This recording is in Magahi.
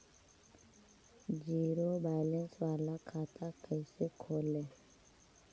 जीरो बैलेंस बाला खाता कैसे खोले?